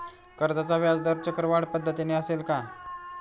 कर्जाचा व्याजदर चक्रवाढ पद्धतीने असेल का?